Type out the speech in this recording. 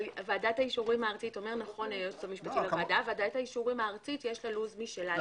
אבל ועדת האישורים הארצית יש לה לו"ז משלה.